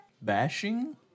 bashing